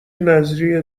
نذریه